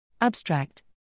Abstract